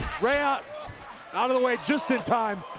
rey out out of the way just in time.